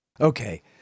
Okay